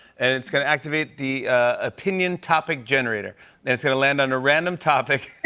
and it's going to activate the opinion topic generator. and it's going to land on a random topic.